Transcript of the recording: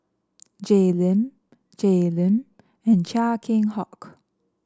Jay Lim Jay Lim and Chia Keng Hock